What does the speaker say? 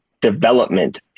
development